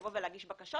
לבוא ולהגיש בקשות.